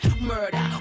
murder